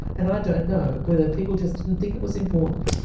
and i didn't know whether people just didn't think it was important,